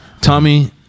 Tommy